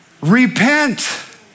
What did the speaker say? repent